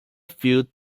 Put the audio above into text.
feud